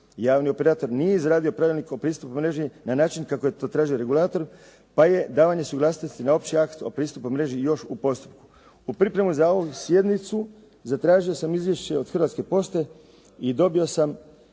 Javni operator nije izradio pravilnik o pristupu mreži na način kako je to tražio regularno, pa je davanje suglasnosti na opći akt o pristupu mreži još u postupku. U pripremama za ovu sjednicu zatražio sam izvješće od Hrvatske pošte i dobio sam